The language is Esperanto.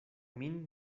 min